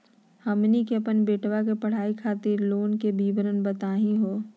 हमनी के अपन बेटवा के पढाई खातीर लोन के विवरण बताही हो?